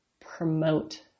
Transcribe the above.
promote